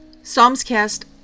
PsalmsCast